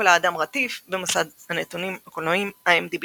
ניקולא אדם רטיף, במסד הנתונים הקולנועיים IMDb